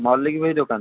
ମଲିକ୍ ଭାଇ ଦୋକାନ